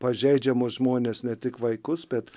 pažeidžiamus žmones ne tik vaikus bet